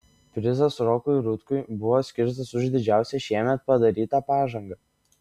prizas rokui rutkui buvo skirtas už didžiausią šiemet padarytą pažangą